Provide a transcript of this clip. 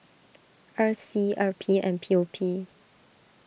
R C R P and P O P